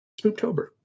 Spooptober